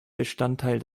bestandteil